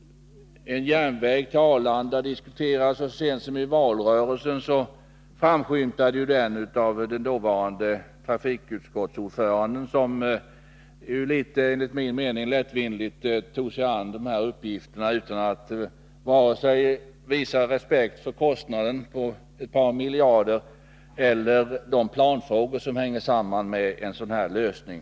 En järnväg till Arlanda har diskuterats, och så sent som i valrörelsen framskymtade den lösningen i uttalanden av dåvarande trafikutskottsordföranden, som enligt min mening litet lättvindigt tog sig an dessa uppgifter utan att visa respekt vare sig för kostnaderna på ett par miljarder eller för de planfrågor som sammanhänger med en sådan lösning.